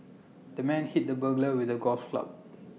the man hit the burglar with A golf club